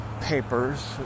papers